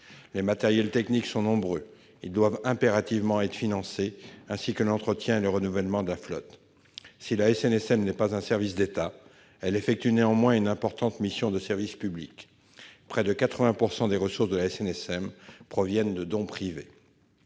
Les matériels techniques sont nombreux ; ils doivent impérativement être financés, ainsi que l'entretien et le renouvellement de la flotte. Si la SNSM n'est pas un service d'État, elle effectue néanmoins une importante mission de service public. Près de 80 % des ressources de la SNSM proviennent de dons privés.